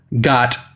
got